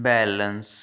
balance